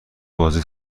بازدید